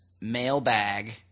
mailbag